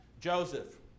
Joseph